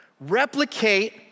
Replicate